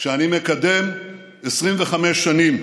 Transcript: שאני מקדם 25 שנים,